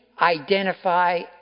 identify